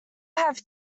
have